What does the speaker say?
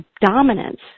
dominance